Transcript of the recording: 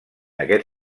aquest